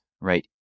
right